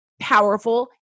powerful